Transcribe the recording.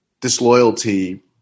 disloyalty